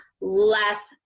less